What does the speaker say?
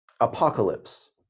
apocalypse